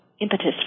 impetus